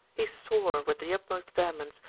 he swore, with the utmost vehemence,